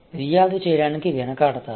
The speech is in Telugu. ఫిర్యాదు చేయడానికి వెనుకాడుతారు